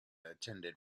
attended